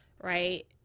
right